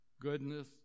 goodness